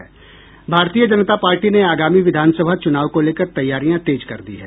भारतीय जनता पार्टी ने आगामी विधानसभा चुनाव को लेकर तैयारियां तेज कर दी हैं